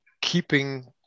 keeping